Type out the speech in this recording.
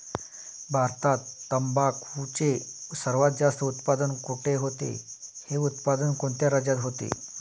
भारतात तंबाखूचे सर्वात जास्त उत्पादन कोठे होते? हे उत्पादन कोणत्या राज्यात होते?